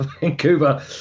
Vancouver